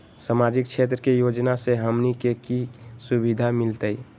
सामाजिक क्षेत्र के योजना से हमनी के की सुविधा मिलतै?